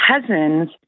cousins